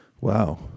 Wow